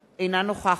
ולכן,